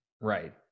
Right